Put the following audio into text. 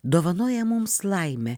dovanoja mums laimę